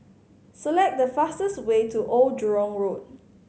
select the fastest way to Old Jurong Road